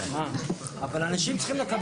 אבל אנשים צריכים לקבל.